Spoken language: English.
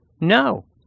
no